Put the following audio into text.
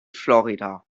florida